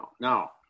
Now